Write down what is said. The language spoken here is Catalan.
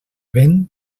vent